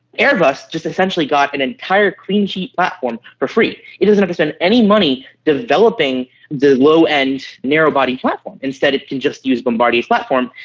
airbus just essentially got an entire clean sheet platform for free. it doesn't have to spend any money developing the low end narrow-body platform, instead it can just use bombardier's platform,